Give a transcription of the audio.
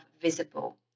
visible